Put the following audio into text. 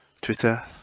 Twitter